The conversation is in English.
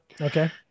Okay